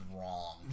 wrong